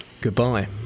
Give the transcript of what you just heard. Goodbye